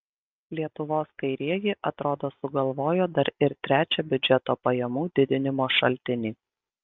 lietuvos kairieji atrodo sugalvojo dar ir trečią biudžeto pajamų didinimo šaltinį